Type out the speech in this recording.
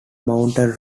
mountain